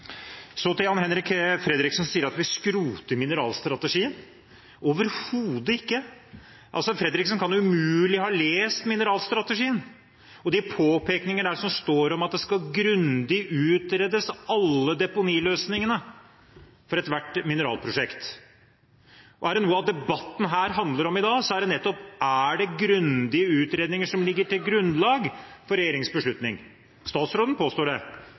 Så til Jan-Henrik Fredriksen, som sier at vi skroter mineralstrategien: overhodet ikke! Fredriksen kan umulig ha lest mineralstrategien og de påpekninger som står om at alle deponiløsningene for ethvert mineralprosjekt skal grundig utredes. Er det noe debatten her i dag handler om, er det nettopp om hvorvidt det er grundige utredninger som ligger til grunn for regjeringens beslutning. Statsråden påstår det,